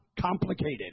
complicated